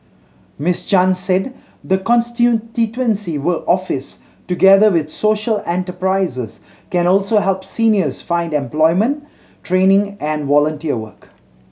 Miss Chan said the constituency will office together with social enterprises can also help seniors find employment training and volunteer work